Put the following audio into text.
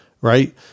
Right